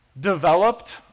developed